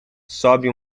sobe